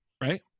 right